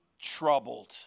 troubled